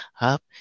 Up